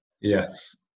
Yes